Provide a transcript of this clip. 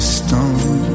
stone